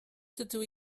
dydw